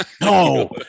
no